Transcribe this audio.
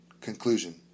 Conclusion